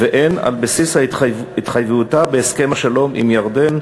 ועל בסיס התחייבותה בהסכם השלום עם ירדן,